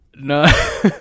No